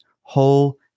whole